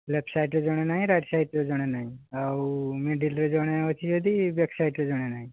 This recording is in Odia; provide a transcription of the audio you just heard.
ଲେଫ୍ଟ ସାଇଡ଼୍ରେ ଜଣେ ନାହିଁ ରାଇଟ୍ ସାଇଡ଼୍ରେ ଜଣେ ନାହିଁ ଆଉ ମିଡ଼ିଲ୍ରେ ଜଣେ ଅଛି ଯଦି ବ୍ୟାକ୍ ସାଇଡ଼୍ରେ ଜଣେ ନାହିଁ